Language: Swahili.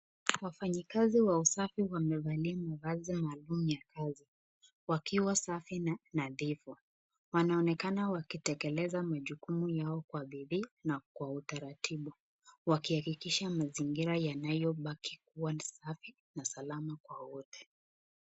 Wafanyikazi wa usafi wamevalia mavazi maalum ya kazi wakiwa safi na ndefu. Wanaonekana wakitekeleza majukumu yao kwa bidii na kwa utaratibu wakihakikisha mazingira yanayobaki kuwa ni safi na salama kwa wote.